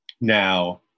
now